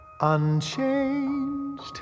unchanged